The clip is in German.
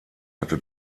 hatte